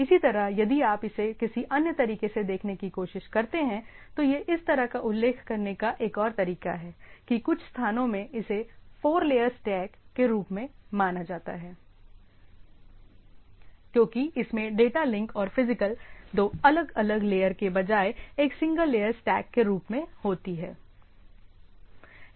इसी तरह यदि आप इसे किसी अन्य तरीके से देखने की कोशिश करते हैं तो यह इस तरह का उल्लेख करने का एक और तरीका है कि कुछ स्थानों में इसे फोर लेयर स्टैक के रूप में माना जाता है क्योंकि इसमें डाटा लिंक और फिजिकल दो अलग अलग लेयर के बजाय एक सिंगल लेयर स्टैक के रूप में होती है